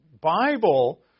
Bible